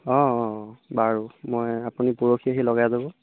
অঁ অঁ বাৰু মই আপুনি পৰহি আহি লগাই যাব